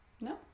No